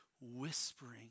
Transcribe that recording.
whispering